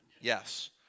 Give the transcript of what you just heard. Yes